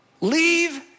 Leave